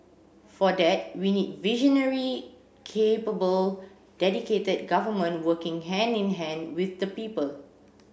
for that we need visionary capable dedicated government working hand in hand with the people